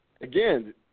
again